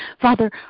Father